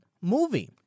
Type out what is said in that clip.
movie